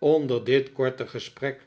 onder dit korte gesprek